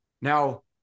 Now